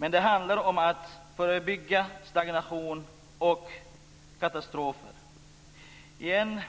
Men det handlar om att förebygga stagnation och katastrofer. I en